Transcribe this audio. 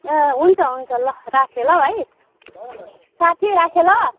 ए हुन्छ हुन्छ ल राखेँ ल भाइ साथी राखेँ ल